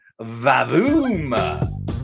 vavoom